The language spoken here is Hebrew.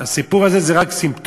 הסיפור הזה זה רק סימפטום,